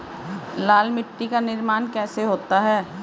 लाल मिट्टी का निर्माण कैसे होता है?